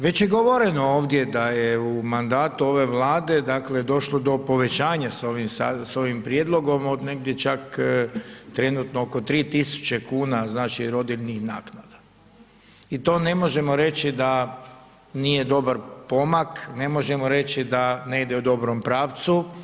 Već je govoreno ovdje da je u mandatu ove Vlade dakle došlo do povećanja s ovim sad, s ovim prijedlogom od negdje čak trenutno oko 3 tisuće kuna znači rodiljnih naknada i to ne možemo reći da nije dobar pomak, ne možemo reći da ne ide u dobrom pravcu.